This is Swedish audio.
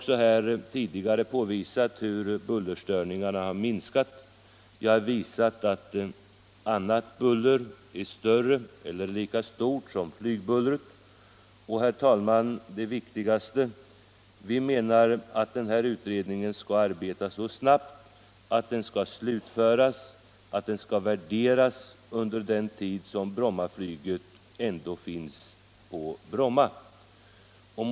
Jag har tidigare påvisat hur bullerstörningarna minskat och visat att annat trafikbuller är större eller lika stort som flygplansbullret, och det viktigaste är att vi menar att denna utredning skall arbeta så snabbt att den kan slutföras och värderas under den tid som Brommaflyget ändå kommer att finnas kvar.